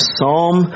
Psalm